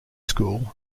school